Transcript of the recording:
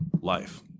life